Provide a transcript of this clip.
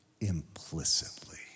implicitly